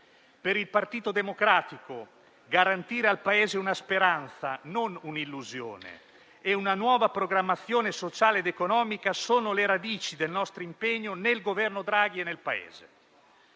Per il Partito Democratico garantire al Paese una speranza, non un'illusione, e una nuova programmazione sociale ed economica costituisce la radice del nostro impegno, nel Governo Draghi e nel Paese.